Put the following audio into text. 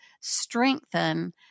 strengthen